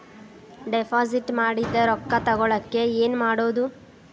Deposit ಮಾಡಿದ ರೊಕ್ಕ ತಗೋಳಕ್ಕೆ ಏನು ಮಾಡೋದು?